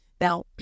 Now